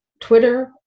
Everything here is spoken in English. twitter